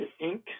ink